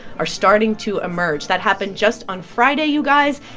are starting to emerge. that happened just on friday, you guys.